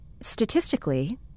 Statistically